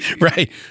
Right